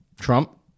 Trump